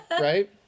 right